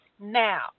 now